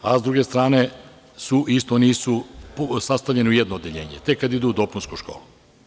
A, s druge strane, isto nisu sastavljeni u jedno odeljenje, tek kad idu u dopunsku školu.